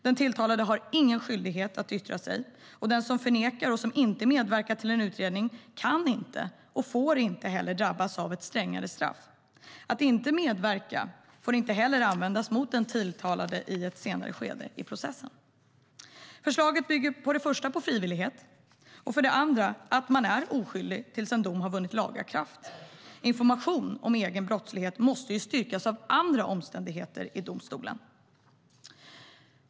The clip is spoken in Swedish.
Den tilltalade har ingen skyldighet att yttra sig, och den som förnekar och inte medverkar till en utredning kan inte - och får inte - drabbas av ett strängare straff. Att inte medverka får inte heller användas mot den tilltalade i ett senare skede i processen. Förslaget bygger för det första på frivillighet och för det andra på att man är oskyldig tills en dom har vunnit laga kraft. Information om egen brottslighet måste styrkas av andra omständigheter i domstolen.